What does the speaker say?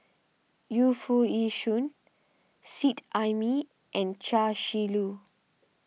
Yu Foo Yee Shoon Seet Ai Mee and Chia Shi Lu